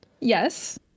yes